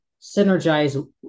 synergize